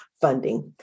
funding